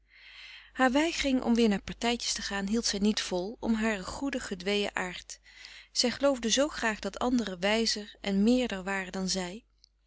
haar weigering om weer naar partijtjes te gaan hield zij niet vol om haren goedig gedweeën aard zij geloofde zoo graag dat anderen wijzer en meerder waren dan zij